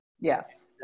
Yes